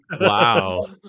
Wow